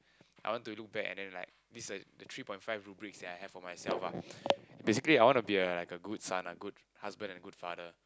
I want to look bad and then like these are the three point five rubrics that I have for myself lah basically I want to be like a good son ah a good husband and good father